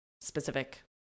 specific